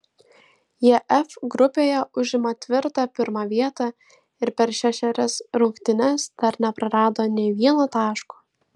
jie f grupėje užima tvirtą pirmą vietą ir per šešerias rungtynes dar neprarado nė vieno taško